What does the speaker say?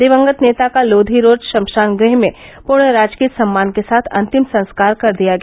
दिवंगत नेता का लोधी रोड श्मशान गृह में पूर्ण राजकीय सम्मान के साथ अंतिम संस्कार कर दिया गया